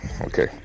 Okay